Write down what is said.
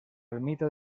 ermita